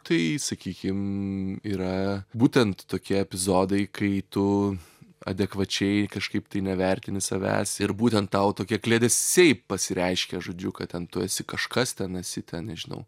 tai sakykim yra būtent tokie epizodai kai tu adekvačiai kažkaip tai nevertini savęs ir būtent tau tokie kliedesiai pasireiškia žodžiu kad ten tu esi kažkas ten esi ten nežinau